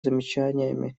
замечаниями